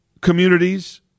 communities